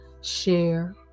Share